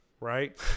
right